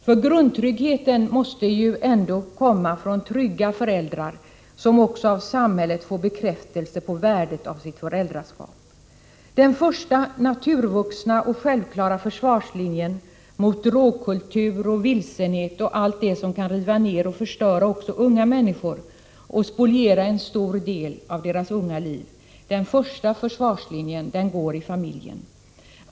För grundtryggheten måste ju ändå komma från trygga föräldrar som också av samhället får bekräftelse på värdet av sitt föräldraskap. Den första naturvuxna och självklara försvarslinjen mot drogkultur och vilsenhet och allt det som kan riva ner och förstöra också unga människor och spoliera en stor del av deras unga liv, den försvarslinjen går i familjen.